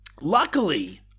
Luckily